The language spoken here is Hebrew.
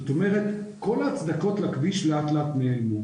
זאת אומרת, כל ההצדקות לכביש הזה לאט לאט נעלמו.